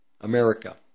America